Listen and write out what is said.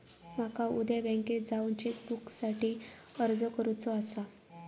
माका उद्या बँकेत जाऊन चेक बुकसाठी अर्ज करुचो आसा